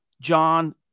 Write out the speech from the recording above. John